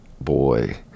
boy